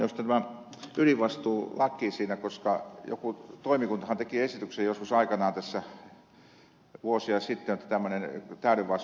toinen on sitten tämä ydinvastuulaki koska joku toimikuntahan teki esityksen joskus aikanaan tässä vuosia sitten että tämmöinen täyden vastuun periaate olisi olemassa